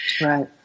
Right